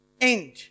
end